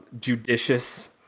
judicious